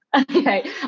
Okay